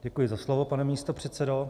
Děkuji za slovo, pane místopředsedo.